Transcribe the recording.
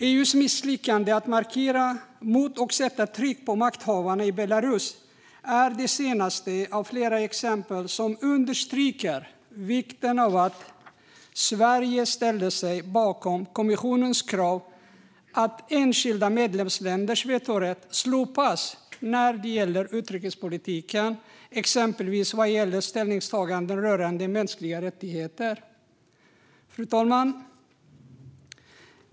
EU:s misslyckande att markera mot och sätta tryck på makthavarna i Belarus är det senaste av flera exempel som understryker vikten av att Sverige ställer sig bakom kommissionens krav att enskilda medlemsländers vetorätt slopas när det gäller utrikespolitiken, exempelvis vad gäller ställningstaganden rörande mänskliga rättigheter. Fru talman!